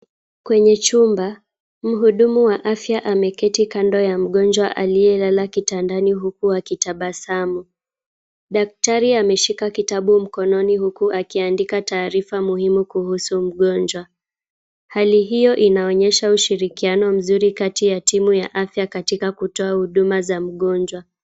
Kwenye chumba mhudumu wa afya ameketi kando ya mgonjwa aliyelala kitandani huku ametabasamu. Daktari ameshika kitabu mkononi huku akiandika taarifa muhimu kuhusu mgonjwa. Hali hiyo inaonyesha ushirikiano mzuri wa timu wa afya katika kutoa huduma za mgonjwa.